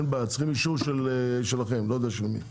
צריכים אישור שלכם, לא יודע של מי.